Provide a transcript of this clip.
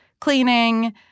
cleaning